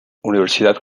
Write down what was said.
universidad